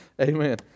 Amen